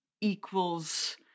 equals